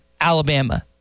Alabama